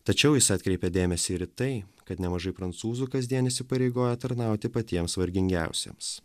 tačiau jis atkreipė dėmesį ir į tai kad nemažai prancūzų kasdien įsipareigoja tarnauti patiems vargingiausiems